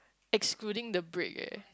excluding the break eh